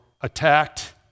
attacked